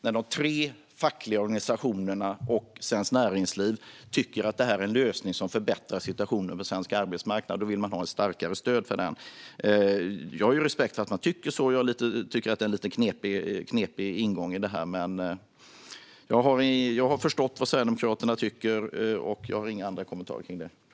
När de tre fackliga organisationerna och Svenskt Näringsliv tycker att detta är en lösning som förbättrar situationen på svensk arbetsmarknad vill Sverigedemokraterna ha ett starkare stöd. Jag har respekt för att ni tycker så, men jag tycker att det är en lite knepig ingång. Men jag har förstått vad Sverigedemokraterna tycker, och jag har inga andra kommentarer till detta.